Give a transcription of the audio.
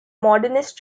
modernist